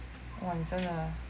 真的